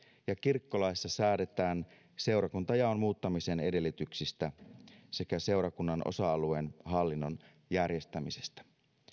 ja kirkkolaissa säädetään seurakuntajaon muuttamisen edellytyksistä sekä seurakunnan osa alueen hallinnon järjestämisestä